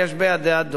מכל מקום,